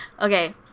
Okay